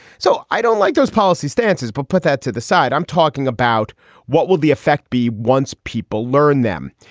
so i don't like those policy stances, but put that to the side i'm talking about what would the effect be once people learn them?